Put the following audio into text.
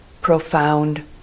profound